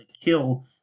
kill